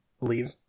leave